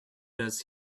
does